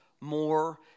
more